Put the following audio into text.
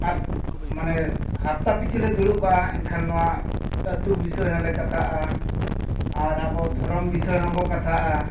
ᱟᱨ ᱢᱟᱱᱮ ᱦᱟᱯᱛᱟ ᱯᱤᱪᱷᱤᱞᱮ ᱫᱩᱲᱩᱵᱼᱟ ᱮᱱᱠᱷᱟᱱ ᱱᱚᱣᱟ ᱟᱛᱳ ᱵᱤᱥᱚᱭ ᱦᱚᱸᱞᱮ ᱠᱟᱛᱷᱟᱜᱼᱟ ᱟᱨ ᱟᱵᱚ ᱫᱷᱚᱨᱚᱢ ᱵᱤᱥᱚᱭ ᱦᱚᱸᱵᱚ ᱠᱟᱛᱷᱟᱜᱼᱟ